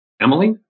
Emily